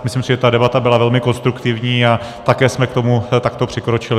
Myslím, že ta debata byla velmi konstruktivní, a také jsme k tomu takto přikročili.